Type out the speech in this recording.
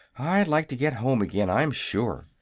i'd like to get home again, i'm sure.